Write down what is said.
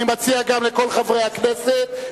אני מציע גם לכל חברי הכנסת,